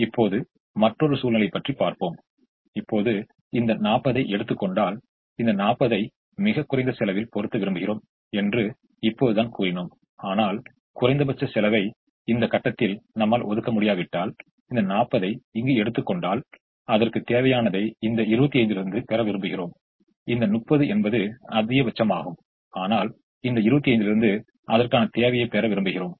இப்போது அது சமநிலைப்படுத்தப்பட்டுள்ளது இப்போது இந்த கட்டத்திலிருந்து இது தொடங்கிறது அதாவது இப்படி சென்று அப்படியே மேலே சென்று மீண்டும் கீழே வந்தது அதுபோல் இப்படி சென்று அப்படியே அது மீண்டும் திரும்பி வந்துவிட்டது அதுதான் இந்த கட்டத்தின் சுழற்சி என்பதை இப்போது நம்மால் புரிந்துகொள்ள முடிகிறது